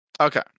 Okay